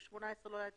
ב-2018 לא היה דיון,